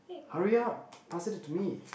hurry up pass it to me